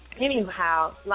Anyhow